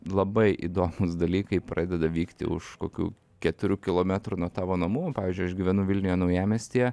labai įdomūs dalykai pradeda vykti už kokių keturių kilometrų nuo tavo namų pavyzdžiui aš gyvenu vilniuje naujamiestyje